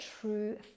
true